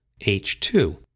H2